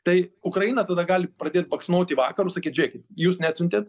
tai ukraina tada gali pradėt baksnoti į vakarus sakyt žėkit jūs neatsiuntėt